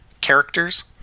characters